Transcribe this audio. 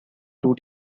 two